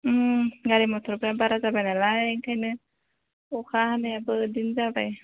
ओम गारि मथरफ्रा बारा जाबाय नालाय ओंखायनो अखा हानायाबो बिदिनो जाबाय